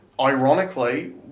Ironically